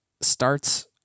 starts